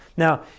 Now